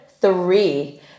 three